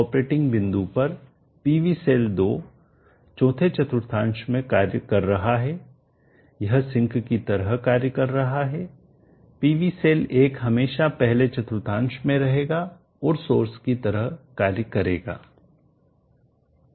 इस ऑपरेटिंग बिंदु पर PV सेल 2 4th चतुर्थांश में कार्य कर रहा है यह सिंक की तरह कार्य कर रहा है पीवी सेल 1 हमेशा पहले चतुर्थांश में रहेगा और सोर्स की तरह कार्य करेगा